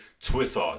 Twitter